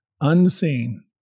unseen